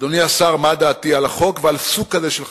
אדוני השר, מה דעתי על החוק ועל סוג כזה של חקיקה.